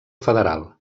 federal